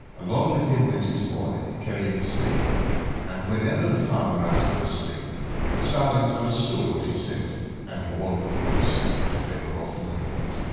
along with him went his boy, carrying a sling and whenever the farmer asked for the sling the starlings understood what he said and warned the rooks and they were off in a moment.